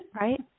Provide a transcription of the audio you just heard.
Right